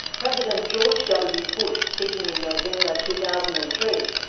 president george w. bush speaking in november two thousand and three,